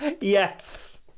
Yes